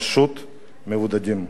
פשוט מבודדים.